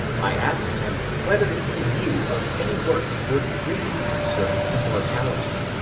i asked him whether he knew of any work worth reading concerning immortality.